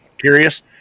curious